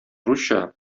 русча